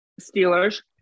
Steelers